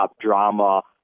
drama